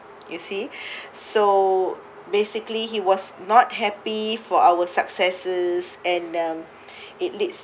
you see so basically he was not happy for our successes and um it leads